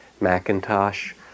Macintosh